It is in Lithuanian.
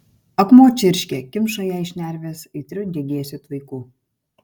akmuo čirškė kimšo jai šnerves aitriu degėsių tvaiku